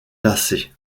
lasser